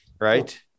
right